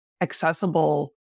accessible